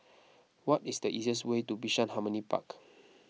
what is the easiest way to Bishan Harmony Park